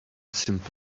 simple